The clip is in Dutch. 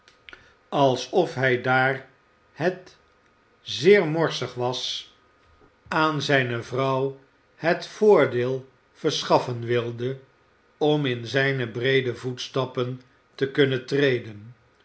alsof hij daar het zeer morsig was aan zijne vrouw het voordeel verschaffen wilde om in zijne breede voetstappen te kunnen treden